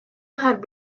had